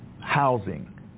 housing